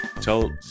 tell